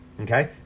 Okay